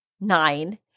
Nine